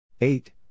eight